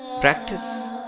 practice